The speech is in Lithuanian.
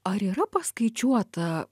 ar yra paskaičiuota